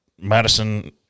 Madison